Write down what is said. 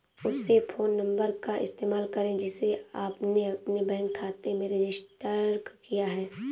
उसी phone number का इस्तेमाल करें जिसे आपने अपने बैंक खाते में रजिस्टर किया है